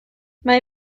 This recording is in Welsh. mae